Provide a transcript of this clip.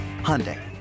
Hyundai